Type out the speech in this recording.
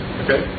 okay